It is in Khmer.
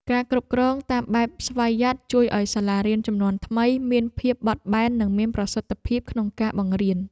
ការគ្រប់គ្រងតាមបែបស្វយ័តជួយឱ្យសាលារៀនជំនាន់ថ្មីមានភាពបត់បែននិងមានប្រសិទ្ធភាពក្នុងការបង្រៀន។